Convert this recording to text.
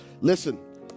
listen